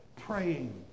praying